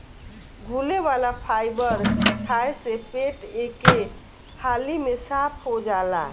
घुले वाला फाइबर खाए से पेट एके हाली में साफ़ हो जाला